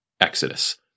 Exodus